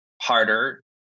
harder